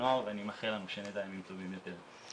נוער ואני מאחל לנו שנדע ימים טובים יותר.